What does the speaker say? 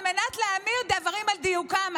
על מנת להעמיד דברים על דיוקם,